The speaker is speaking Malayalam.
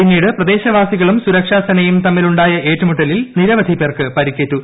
പിന്നീട് പ്രദേശവാസികളും സുരക്ഷാസേനയും തമ്മിലുണ്ടായ ഏറ്റുമുട്ടലിൽ നിരവധി പേർക്ക് പരിക്കേറ്റു